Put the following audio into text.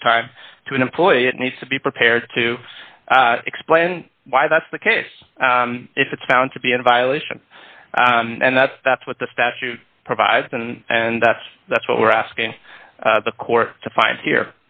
overtime to an employee it needs to be prepared to explain why that's the case if it's found to be in violation and that's that's what the statute provides and and that's what we're asking the court to find here